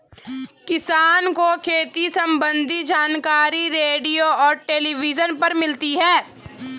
किसान को खेती सम्बन्धी जानकारी रेडियो और टेलीविज़न पर मिलता है